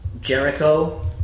Jericho